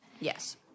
yes